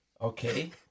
Okay